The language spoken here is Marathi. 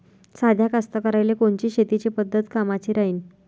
साध्या कास्तकाराइले कोनची शेतीची पद्धत कामाची राहीन?